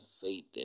faith